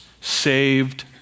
saved